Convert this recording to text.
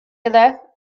uile